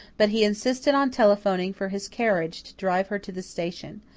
but he insisted on telephoning for his carriage to drive her to the station.